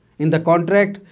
in the contract,